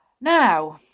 Now